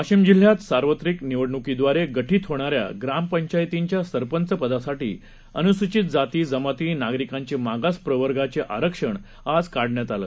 वाशिम जिल्ह्यात सार्वत्रिक निवडणुकीद्वारे गठीत होणाऱ्या ग्रामपंचायतींच्या सरपंच पदासाठी अनुसूचित जाती जमाती नागरिकांचे मागास प्रवर्गाचे आरक्षण आज काढण्यात आलं